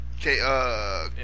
okay